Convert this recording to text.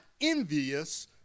envious